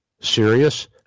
serious